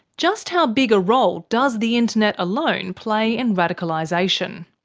just how big a role does the internet alone play in radicalisation?